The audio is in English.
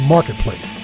Marketplace